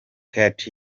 kandt